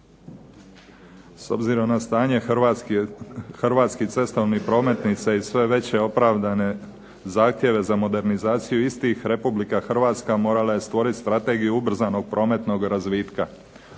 S obzirom na stanje hrvatskih cestovnih prometnica i sve veće opravdane zahtjeve za modernizaciju istih Republika Hrvatska morala je stvoriti Strategiju ubrzanog prometnog razvitka.